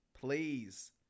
please